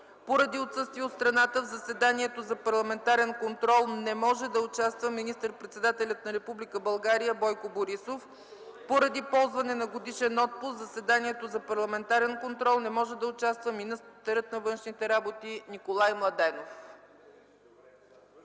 Поради отсъствие от страната в заседанието за парламентарен контрол не може да участва министър-председателят на Република България Бойко Борисов. Поради ползване на годишен отпуск в заседанието за парламентарен контрол не може да участва министърът на външните работи Николай Младенов.